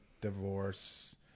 divorce